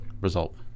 result